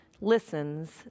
listens